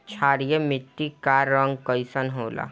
क्षारीय मीट्टी क रंग कइसन होला?